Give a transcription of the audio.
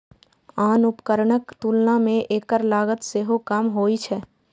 आन उपकरणक तुलना मे एकर लागत सेहो कम होइ छै